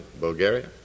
Bulgaria